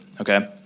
Okay